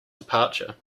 departure